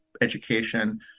education